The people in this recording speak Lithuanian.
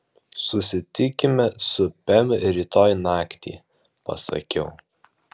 susitikime su pem rytoj naktį pasakiau